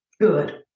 Good